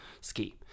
ski